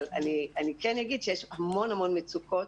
אבל אני כן אגיד שיש המון המון מצוקות.